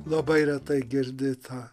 labai retai girdi tą